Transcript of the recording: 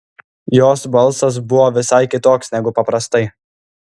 jos balsas buvo visai kitoks negu paprastai